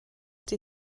die